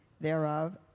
thereof